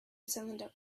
cylinder